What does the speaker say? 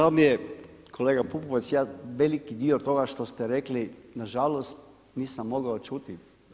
Žao mi je kolega Pupovac, ja veliki dio toga što ste rekli nažalost nisam mogao čuti.